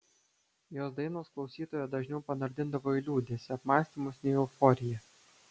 jos dainos klausytoją dažniau panardindavo į liūdesį apmąstymus nei euforiją